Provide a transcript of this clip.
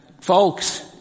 Folks